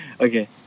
Okay